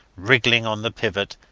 wriggling on the pivot,